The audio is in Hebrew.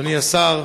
אדוני השר,